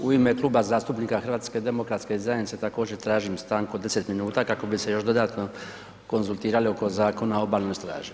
U ime Kluba zastupnika HDZ-a također tražim stanku od 10 minuta kako bi se još dodatno konzultirali oko Zakona o obalnoj straži.